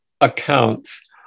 accounts